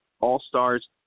all-stars